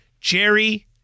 Jerry